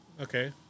Okay